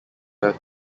have